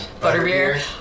Butterbeer